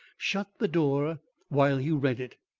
shut the door while he read it.